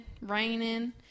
raining